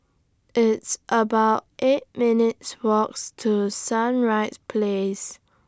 It's about eight minutes' Walks to Sunrise Place